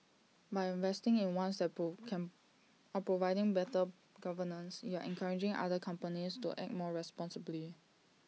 by investing in ones can are providing better governance you're encouraging other companies to act more responsibly